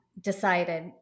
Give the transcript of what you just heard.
decided